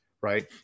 Right